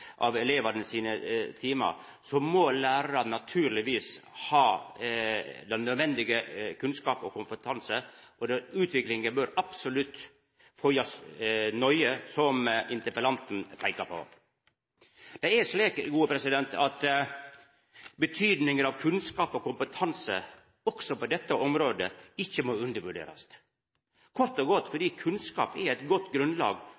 av elevane sine timar – må lærarane naturlegvis ha den nødvendige kunnskap og kompetanse. Utviklinga bør absolutt følgjast nøye, som interpellanten peikar på. Betydinga av kunnskap og kompetanse på dette området må heller ikkje undervurderast, kort og godt fordi kunnskap er eit godt grunnlag